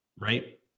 right